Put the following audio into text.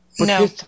No